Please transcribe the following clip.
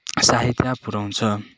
साह्यता पुराउँछ